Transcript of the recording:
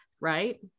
right